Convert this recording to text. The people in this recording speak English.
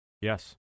Yes